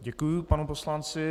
Děkuji panu poslanci.